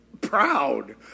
proud